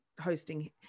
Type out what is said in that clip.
hosting